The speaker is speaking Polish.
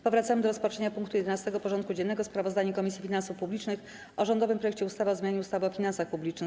Powracamy do rozpatrzenia punktu 11. porządku dziennego: Sprawozdanie Komisji Finansów Publicznych o rządowym projekcie ustawy o zmianie ustawy o finansach publicznych.